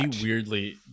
weirdly